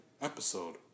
episode